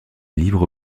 livre